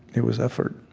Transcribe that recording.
it was effort